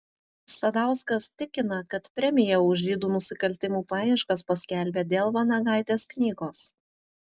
sadauskas tikina kad premiją už žydų nusikaltimų paieškas paskelbė dėl vanagaitės knygos